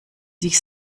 sich